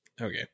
okay